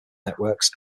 networks